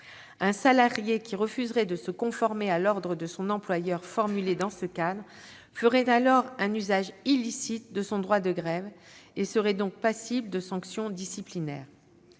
Un salarié qui refuserait de se conformer à l'ordre de son employeur formulé dans ce cadre ferait alors un usage illicite de son droit de grève et serait donc passible de sanctions disciplinaires.